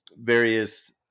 various